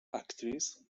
actress